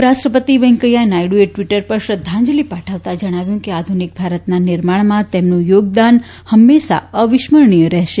ઉપરાષ્ટ્રપતિ વૈંકેયાહ નાયડુએ ટ્વીટર પર શ્રદ્ધાંજલિ પાઠવતાં જણાવ્યું છે કે આધુનિક ભારતના નિર્માણમાં તેમનું યોગદાન હંમેશા અવિસ્મરણીય છે